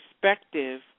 perspective